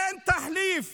אין תחליף